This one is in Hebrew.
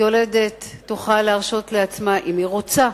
יולדת תוכל להרשות לעצמה, אם היא רוצה,